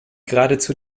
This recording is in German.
geradezu